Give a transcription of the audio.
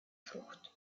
frucht